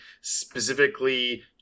specifically